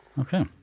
Okay